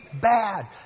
bad